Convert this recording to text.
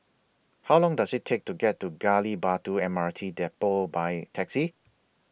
How Long Does IT Take to get to Gali Batu M R T Depot By Taxi